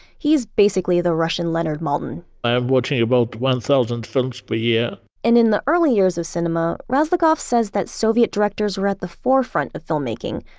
he is basically the russian leonard maltin i am watching about one thousand films per year and in the early years of cinema, cinema, razlogov says that soviet directors were at the forefront of filmmaking,